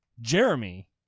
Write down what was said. Jeremy